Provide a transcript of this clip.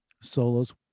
solos